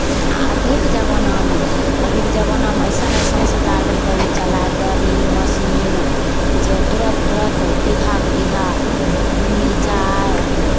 आ अभीके जमानामे अभीके जमानामे अइसन अइसन सरकार देलकै हन चलाए गाड़ी मशीन जे तुरन्त तुरन्त बीघाक बीघा मिरचाइ